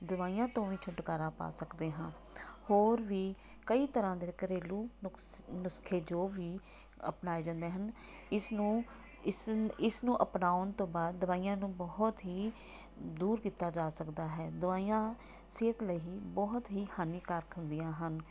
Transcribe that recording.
ਦਵਾਈਆਂ ਤੋਂ ਵੀ ਛੁਟਕਾਰਾ ਪਾ ਸਕਦੇ ਹਾਂ ਹੋਰ ਵੀ ਕਈ ਤਰ੍ਹਾਂ ਦੇ ਘਰੇਲੂ ਨੁਖਸ ਨੁਸਖੇ ਜੋ ਵੀ ਅਪਣਾਏ ਜਾਂਦੇ ਹਨ ਇਸ ਨੂੰ ਇਸ ਇਸ ਨੂੰ ਅਪਣਾਉਣ ਤੋਂ ਬਾਅਦ ਦਵਾਈਆਂ ਨੂੰ ਬਹੁਤ ਹੀ ਦੂਰ ਕੀਤਾ ਜਾ ਸਕਦਾ ਹੈ ਦਵਾਈਆਂ ਸਿਹਤ ਲਈ ਬਹੁਤ ਹੀ ਹਾਨੀਕਾਰਕ ਹੁੰਦੀਆਂ ਹਨ